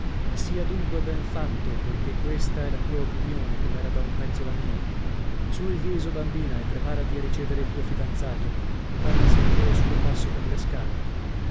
e sia dunque ben fatto poichè questa è la tua opinione com'era da un pezzo la mia su il viso bambina e preparati a ricevere il tuo fidanzato mi par di sentire il suo passo per le scale